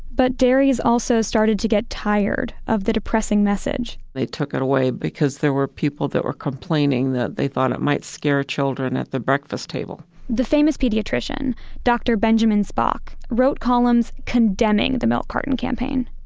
but dairies also started to get tired of the depressing message they took away because there were people that were complaining that they thought it might scare children at the breakfast table. the famous pediatrician dr. benjamin spock wrote columns condemning the milk carton campaign.